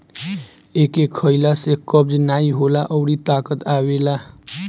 एके खइला से कब्ज नाइ होला अउरी ताकत आवेला